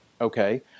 Okay